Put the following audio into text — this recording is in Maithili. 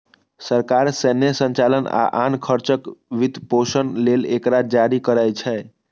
सरकार सैन्य संचालन आ आन खर्चक वित्तपोषण लेल एकरा जारी करै छै